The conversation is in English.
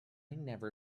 never